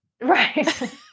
Right